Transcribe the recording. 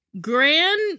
Grand